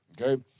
Okay